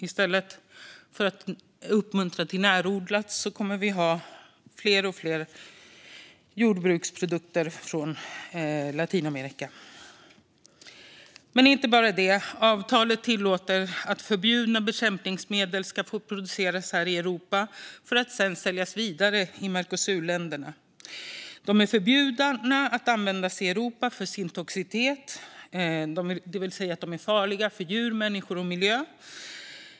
I stället för att uppmuntra till närodlat kommer vi att ha allt fler jordbruksprodukter från Latinamerika. Men det är inte bara det. Avtalet tillåter att förbjudna bekämpningsmedel ska få produceras här i Europa för att sedan säljas vidare i Mercosurländerna. De är förbjudna att användas i Europa för sin toxicitet, det vill säga att de är farliga för djur, människor och miljö.